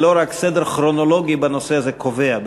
ולא רק הסדר הכרונולוגי בנושא הזה קובע.